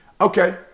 Okay